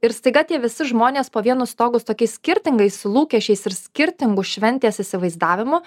ir staiga tie visi žmonės po vienu stogu su tokiais skirtingais lūkesčiais ir skirtingu šventės įsivaizdavimu